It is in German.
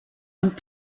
und